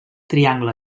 triangle